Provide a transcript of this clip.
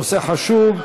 נושא חשוב,